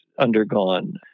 undergone